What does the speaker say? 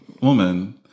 woman